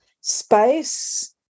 space